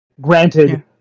Granted